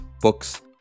books